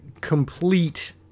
complete